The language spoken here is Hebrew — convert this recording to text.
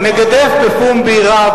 מגדף בפומבי רב,